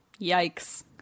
Yikes